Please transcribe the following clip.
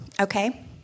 okay